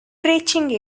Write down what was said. preaching